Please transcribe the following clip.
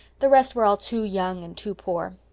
the rest were all too young and too poor.